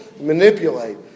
manipulate